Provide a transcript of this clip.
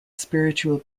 spiritual